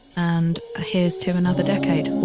and here's to another decade